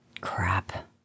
Crap